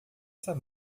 sabe